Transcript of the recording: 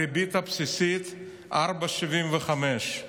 הריבית הבסיסית,4.75%.